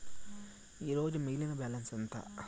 ఈరోజు మిగిలిన బ్యాలెన్స్ ఎంత?